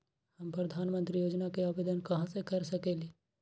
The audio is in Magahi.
हम प्रधानमंत्री योजना के आवेदन कहा से कर सकेली?